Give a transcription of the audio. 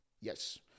Yes